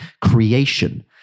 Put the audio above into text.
creation